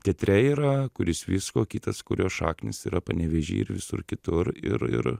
teatre yra kuris visko o kitas kurio šaknys yra panevėžy ir visur kitur ir ir